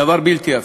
דבר בלתי הפיך.